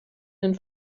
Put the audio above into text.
den